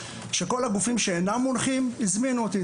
שכל הגופים שאינם מונחים הזמינו אותי.